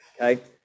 okay